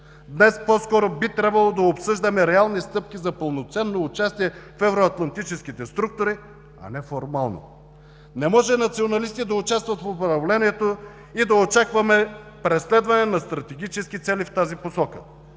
Днес по-скоро би трябвало да обсъждаме реални стъпки за пълноценно участие в евроатлантическите структури, а не формално. Не може националисти да участват в управлението и да очакваме преследване на стратегически цели в тази посока.